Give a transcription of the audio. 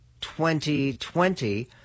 2020